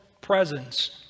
presence